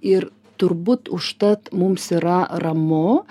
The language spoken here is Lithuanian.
ir turbūt užtat mums yra ramu